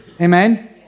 Amen